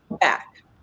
back